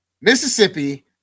Mississippi